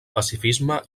pacifisme